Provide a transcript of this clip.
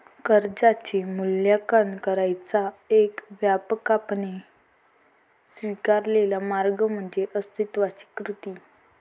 कर्जाचे मूल्यांकन करण्याचा एक व्यापकपणे स्वीकारलेला मार्ग म्हणजे अस्तित्वाची कृती